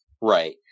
right